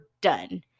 done